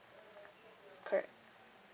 correct